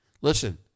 listen